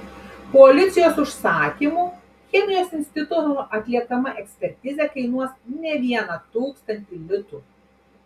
policijos užsakymu chemijos instituto atliekama ekspertizė kainuos ne vieną tūkstantį litų